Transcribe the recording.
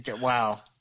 Wow